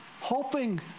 hoping